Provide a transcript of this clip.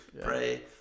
pray